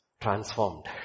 transformed